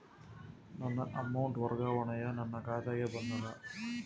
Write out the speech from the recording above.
ನನ್ನ ಅಮೌಂಟ್ ವರ್ಗಾವಣೆಯು ನನ್ನ ಖಾತೆಗೆ ಬಂದದ